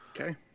Okay